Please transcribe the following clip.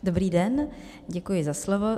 Dobrý den, děkuji za slovo.